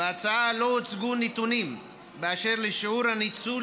בהצעה לא הוצגו נתונים על שיעור הניצול